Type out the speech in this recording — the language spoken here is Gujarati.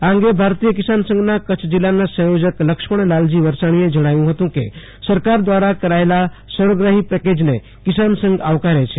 આ અંગે ભારતીય કિસાનસંઘના કચ્છ જીલ્લાના સંયોજક લક્ષમણ લાલજી વરસાણીએ જણાવ્યું હતું કે સરકાર દ્વારા કરાયેલું સર્વગ્રાહી પેકેજને કિસાન સંઘ આવકારે છે